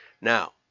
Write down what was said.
Now